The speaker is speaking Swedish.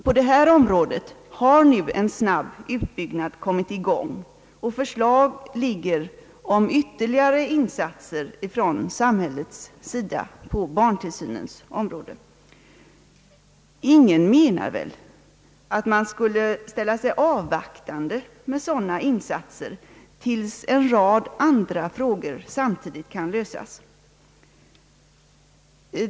På detta område har nu en snabb utbyggnad kommit i gång och förslag ligger om ytterligare insatser från samhällets sida i detta avseende. Ingen menar väl att man skulle ställa sig avvaktande med sådana insatser tills en rad andra frågor samtidigt kan lösas.